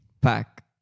pack